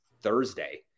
Thursday